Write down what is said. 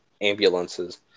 ambulances